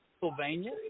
Pennsylvania